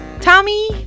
Tommy